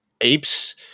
apes